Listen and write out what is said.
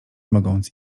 mogąc